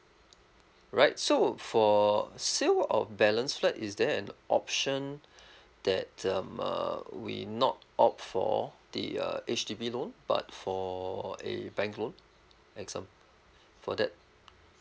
right so for sales of balance flat is there an option that um uh we not opt for the uh H_D_B loan but for a bank loan and some for that